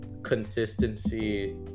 consistency